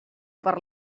per